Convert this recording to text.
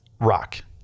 rock